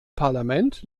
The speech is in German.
parlament